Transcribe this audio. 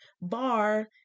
bar